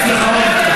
את הציבור החרדי?